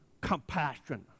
compassion